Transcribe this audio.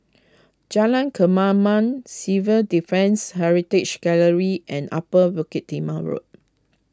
Jalan Kemaman Civil Defence Heritage Gallery and Upper Bukit Timah Road